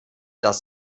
dass